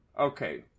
Okay